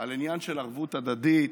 על העניין של ערבות הדדית,